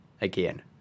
again